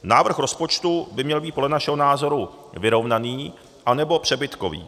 Návrh rozpočtu by měl být podle našeho názoru vyrovnaný anebo přebytkový.